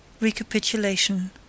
Recapitulation